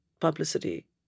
publicity